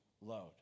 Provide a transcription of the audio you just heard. load